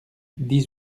dix